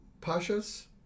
Pasha's